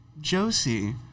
Josie